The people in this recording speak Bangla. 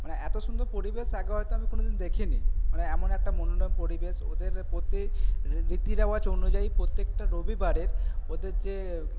মানে এতো সুন্দর পরিবেশ আগে হয়তো আমি কোনো দিন দেখিনি মানে এমন একটা মনোরম পরিবেশ ওদের প্রতি রীতি রেওয়াজ অনুযায়ী প্রত্যেকটা রবিবারের ওদের যে